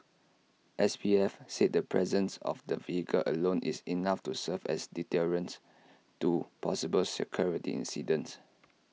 S P F said the presence of the vehicle alone is enough to serve as deterrent to possible security incidents